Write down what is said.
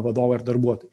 vadovai ar darbuotojai